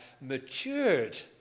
matured